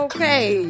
Okay